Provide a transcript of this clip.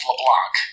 LeBlanc